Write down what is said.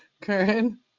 karen